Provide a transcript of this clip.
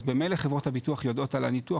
אז במילא חברות הביטוח יודעות על הניתוח